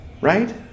Right